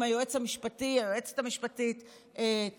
אם היועץ המשפטי או היועצת המשפטית מפריעה,